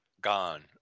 gone